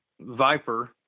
Viper –